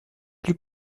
plus